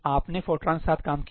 आपने फोरट्रान के साथ काम किया